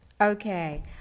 Okay